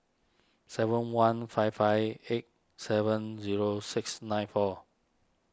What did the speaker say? seven one five five eight seven zero six nine four